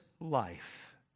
life